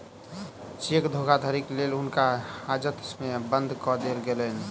cheque धोखाधड़ीक लेल हुनका हाजत में बंद कअ देल गेलैन